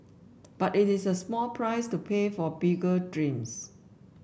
but it is a small price to pay for bigger dreams